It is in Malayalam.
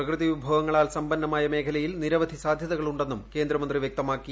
പ്രകൃതി വിഭവങ്ങളാൽ സമ്പന്നമായ മേഖലയിൽ നിരവധി സാധൃതകളുണ്ടെന്നും കേന്ദ്രമന്ത്രി വൃക്തമാക്കി